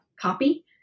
copy